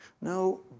No